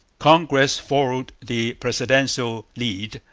congress followed the presidential lead.